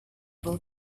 will